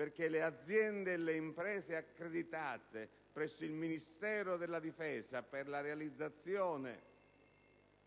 affinché le aziende e le imprese accreditate presso il Ministero stesso per la realizzazione